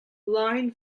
line